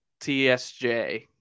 TSJ